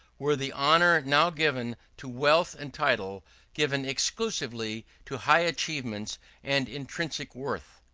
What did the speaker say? were the honour now given to wealth and title given exclusively to high achievements and intrinsic worth!